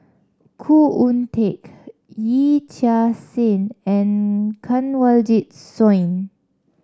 Khoo Oon Teik Yee Chia Hsing and Kanwaljit Soin